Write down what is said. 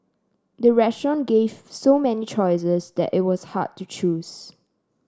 the restaurant gave so many choices that it was hard to choose